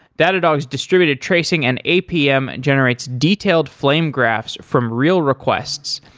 datadog's distributed tracing and apm and generates detailed flame graphs from real requests,